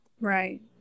Right